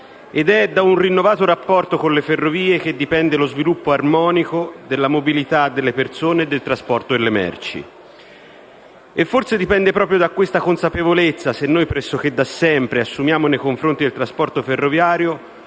ed è da un rinnovato rapporto con le ferrovie che dipende lo sviluppo armonico della mobilità delle persone e del trasporto delle merci. Forse dipende proprio da questa consapevolezza, se noi, pressoché da sempre, assumiamo nei confronti del trasporto ferroviario